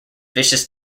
vicious